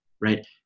right